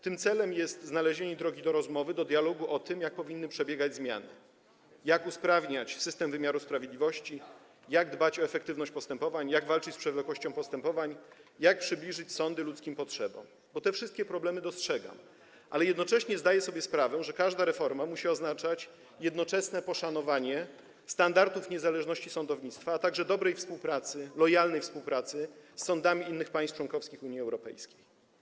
Tym celem jest znalezienie drogi do rozmowy, do dialogu o tym, jak powinny przebiegać zmiany, jak usprawniać system wymiaru sprawiedliwości, jak dbać o efektywność postępowań, jak walczyć z przewlekłością postępowań, jak przybliżyć sądy ludzkim potrzebom, bo te wszystkie problemy dostrzegam, ale jednocześnie zdaję sobie sprawę, że każda reforma musi oznaczać jednoczesne poszanowanie standardów niezależności sądownictwa, a także dobrej, lojalnej współpracy z sądami innych państw członkowskich Unii Europejskiej.